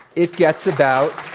it gets about